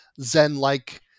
zen-like